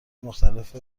مختلف